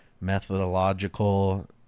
methodological